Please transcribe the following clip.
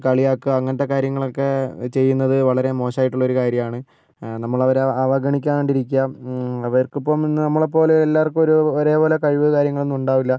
കളിയാക്കുക അങ്ങനത്തെ കാര്യങ്ങളൊക്കെ ചെയ്യുന്നത് വളരെ മോശമായിട്ടുള്ളൊരു കാര്യമാണ് നമ്മൾ അവരെ അവഗണിക്കാണ്ടിരിക്കാം അവർക്കിപ്പം നമ്മളെപ്പോലെ എല്ലാവർക്കും ഒരേപോ ഒരേപോലെ കഴിവ് കാര്യങ്ങളൊന്നും ഉണ്ടാവില്ല